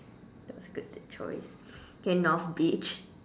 that was good choice K North Beach